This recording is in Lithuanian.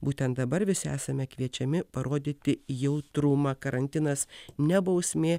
būtent dabar visi esame kviečiami parodyti jautrumą karantinas ne bausmė